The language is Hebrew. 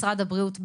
משרד הבריאות,